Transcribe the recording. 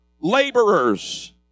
laborers